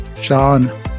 Sean